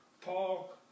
Paul